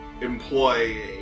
employ